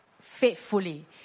faithfully